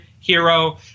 hero